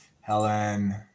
Helen